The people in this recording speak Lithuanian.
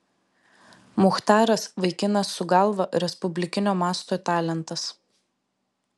muchtaras vaikinas su galva respublikinio masto talentas